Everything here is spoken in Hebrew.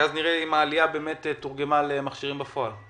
כי אז נראה אם העלייה באמת תורגמה למכשירים בפועל.